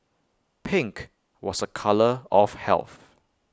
pink was A colour of health